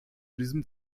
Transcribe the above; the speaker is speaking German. diesem